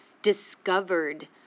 discovered